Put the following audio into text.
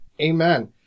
Amen